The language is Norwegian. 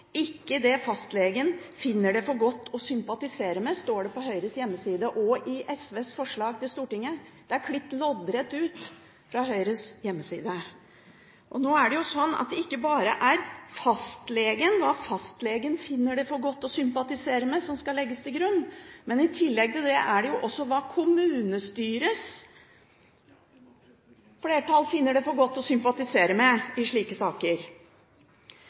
ikke det fastlegen finner for godt å sympatisere med.» Dette står på Høyres hjemmeside og i SVs forslag til Stortinget. Det er klippet loddrett ut fra Høyres hjemmeside. Og nå er det jo sånn at det ikke bare er fastlegen og hva fastlegen finner det for godt å sympatisere med, som skal legges til grunn, men også hva kommunestyrets flertall finner det for godt å sympatisere med i slike saker.